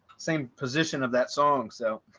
same position of that song. so